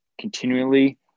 continually